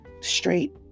straight